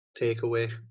takeaway